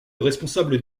responsable